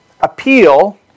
appeal